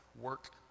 work